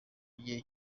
gihe